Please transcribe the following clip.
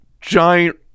giant